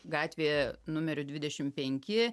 gatvėje numeriu dvidešim penki